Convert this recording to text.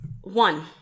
One